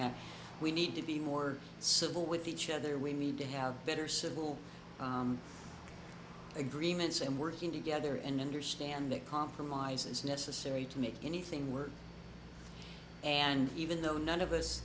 that we need to be more civil with each other we need to have better civil agreements and working together and understand the compromises necessary to make anything work and even though none of us